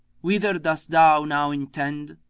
whither dost thou now intend?